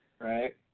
Right